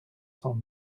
cents